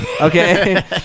Okay